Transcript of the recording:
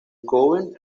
going